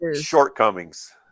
shortcomings